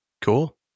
Cool